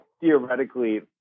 theoretically